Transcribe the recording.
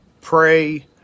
Pray